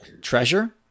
treasure